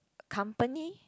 company